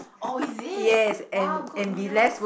oh is it !wow! good news